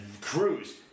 Cruz